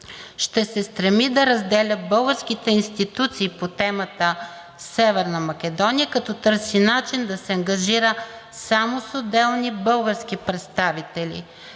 ще се стреми да разделя българските институции по темата Северна Македония, като търси начин да се ангажира само с отделни български представители,